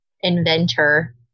inventor